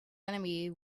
enemy